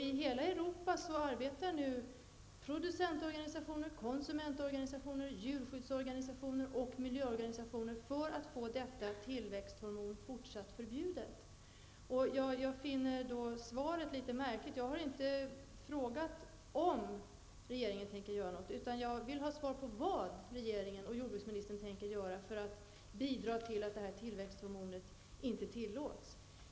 I hela Europa arbetar nu producent-, konsument-, djurskydds och miljöorganisationer för att detta tillväxthormon även i fortsättningen skall vara förbjudet. Jag finner därför svaret litet märkligt. Jag har inte frågat om regeringen tänker göra något, utan jag vill ha svar på frågan om vad regeringen och jordbruksministern tänker göra för att bidra till att detta tillväxthormon inte tillåts.